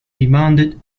demanded